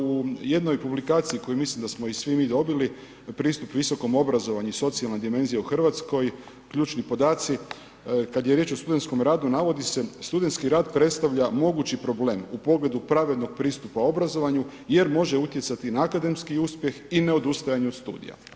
U jednoj publikaciji koju mislim da smo i svi mi dobili, pristup visokom obrazovanju i socijalna dimenzija u RH ključni podaci, kad je riječ o studentskom radu navodi se studentski rad predstavlja mogući problem u pogledu pravednog pristupa obrazovanju jer može utjecati na akademski uspjeh i ne odustajanju od studija.